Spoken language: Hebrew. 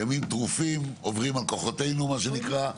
ימים טרופים עוברים על כוחותינו מה שנקרא,